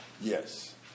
Yes